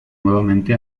nuevamente